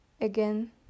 Again